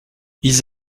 ils